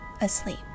asleep